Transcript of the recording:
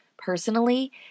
personally